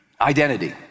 Identity